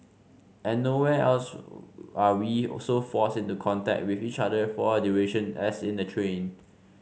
and nowhere else are we so forced into contact with each other for a duration as in the train